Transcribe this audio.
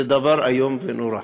זה דבר איום נורא.